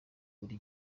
buri